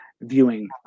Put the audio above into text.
viewing